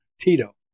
Tito